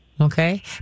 okay